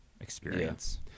experience